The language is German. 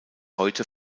heute